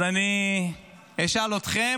אז אני אשאל אתכם,